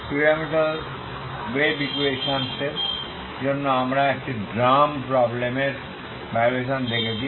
two dimensional wave ইকুয়েশনের জন্য আমরা একটি ড্রাম প্রবলেমের ভাইব্রেশন দেখেছি